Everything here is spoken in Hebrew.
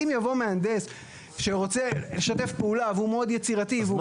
אם יבוא מהנדס שרוצה לשתף פעולה והוא מאוד יצירתי והוא